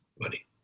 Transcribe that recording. money